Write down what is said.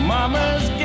Mama's